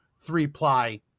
three-ply